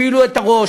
הפעילו את הראש,